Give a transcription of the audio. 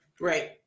right